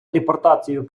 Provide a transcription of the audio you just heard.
депортацію